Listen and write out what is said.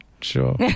Sure